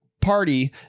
party